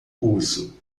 curso